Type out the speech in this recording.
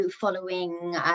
following